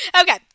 okay